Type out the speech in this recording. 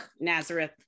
Nazareth